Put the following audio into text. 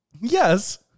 Yes